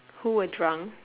who were drunk